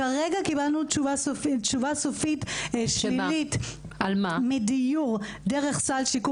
כרגע קבלנו תשובה סופית שלילית לדיור דרך סל שיקום